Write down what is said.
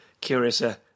Curiouser